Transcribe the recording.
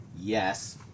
Yes